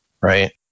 right